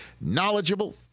knowledgeable